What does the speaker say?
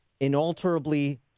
inalterably